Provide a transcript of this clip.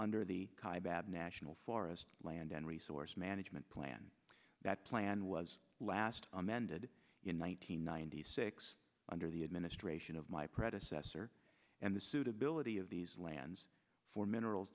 under the bad national forest land and resource management plan that plan was last amended in one nine hundred ninety six under the administration of my predecessor and the suitability of these lands for minerals